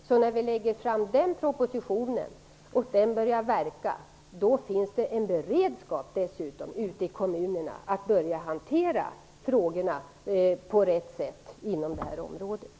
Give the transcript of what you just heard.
Så när den propositionen börjar gälla finns det dessutom en beredskap ute i kommunerna för att börja hantera frågorna inom detta område på rätt sätt.